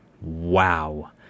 Wow